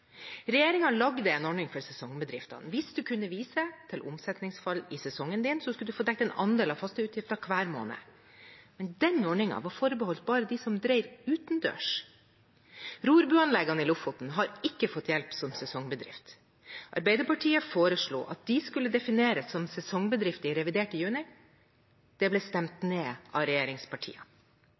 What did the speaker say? en ordning for sesongbedriftene. Hvis man kunne vise til omsetningsfall i sesongen sin, skulle man få dekket en andel av faste utgifter hver måned. Men den ordningen var forbeholdt bare dem som drev utendørs. Rorbuanleggene i Lofoten har ikke fått hjelp som sesongbedrifter. Arbeiderpartiet foreslo at de skulle defineres som sesongbedrifter i revidert i juni. Det ble stemt ned av regjeringspartiene.